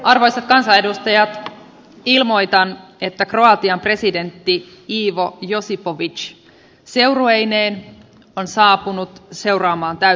arvoisat kansanedustajat ilmoitan että kroatian presidentti iivu josipovics seurueineen on saapunut seuraamaan tai